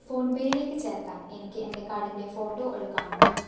ഫോൺപേയിലേക്ക് ചേർക്കാൻ എനിക്ക് എൻ്റെ കാർഡിൻ്റെ ഫോട്ടോ എടുക്കാമോ